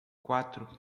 quatro